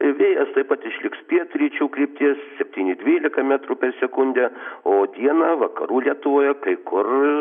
vėjas taip pat išliks pietryčių krypties septyni dvylika metrų per sekundę o dieną vakarų lietuvoje kai kur